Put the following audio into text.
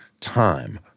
time